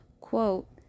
Quote